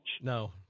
No